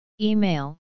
Email